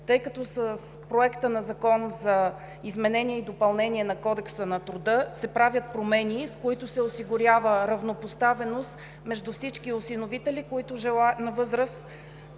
тъй като с Проекта на Закона за изменение и допълнение на Кодекса на труда се правят промени, с които се осигурява равнопоставеност между всички осиновители на деца